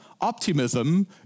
Optimism